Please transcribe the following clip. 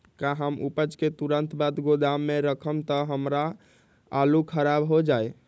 का हम उपज के तुरंत बाद गोदाम में रखम त हमार आलू खराब हो जाइ?